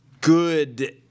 good